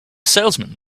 salesman